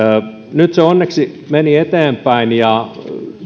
nyt se onneksi meni eteenpäin ja